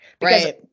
Right